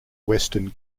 western